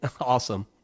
Awesome